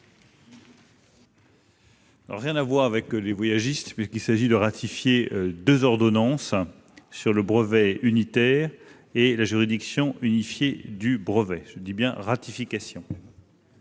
rien à voir avec les voyagistes ! Il s'agit de ratifier deux ordonnances, sur le brevet unitaire et la juridiction unifiée du brevet. J'insiste, il s'agit